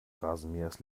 rasenmähers